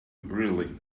really